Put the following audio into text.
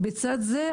לצד זה,